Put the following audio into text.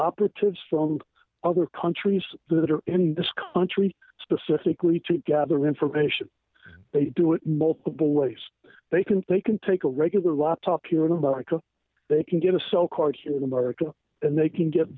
operatives from other countries that are in this country specifically to gather information they do it in multiple ways they can they can take a regular laptop here in america they can get a so called here in america and they can get